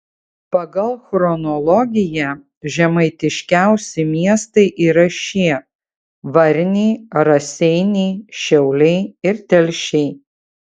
pagal chronologiją žemaitiškiausi miestai yra šie varniai raseiniai šiauliai ir telšiai